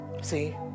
See